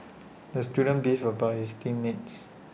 the student beefed about his team mates